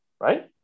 right